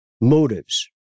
motives